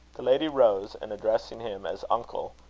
the lady rose, and, addressing him as uncle,